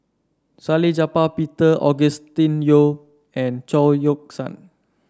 Salleh Japar Peter Augustine Yo and Chao Yoke San